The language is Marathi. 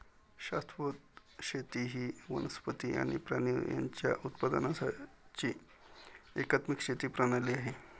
शाश्वत शेती ही वनस्पती आणि प्राणी यांच्या उत्पादनाची एकात्मिक शेती प्रणाली आहे